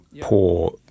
poor